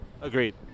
Agreed